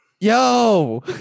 Yo